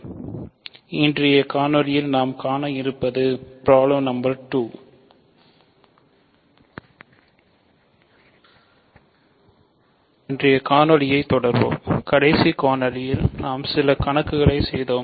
நாம் இன்றைய காணொளியை தொடர்வோம் கடைசி காணொளியில் நாம் சில கணக்குகளைச் செய்தோம்